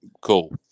Cool